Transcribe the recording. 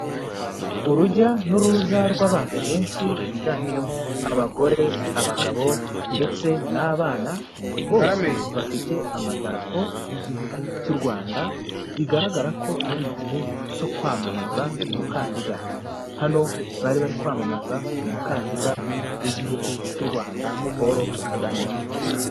Urujya n'uruza rw'abantu benshi biganjemo abagore, abagabo ndetse n'abana bose bafite amadarapo y'Igihugu cy'u Rwanda, bigaragara ko ari igihe cyo kwamamaza umukandida. Hano bari bari kwamamaza umukandida w'Igihugu cy'u Rwanda Paul Kagame.